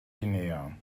guinea